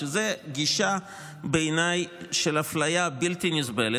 שזו בעיניי גישה של אפליה בלתי נסבלת.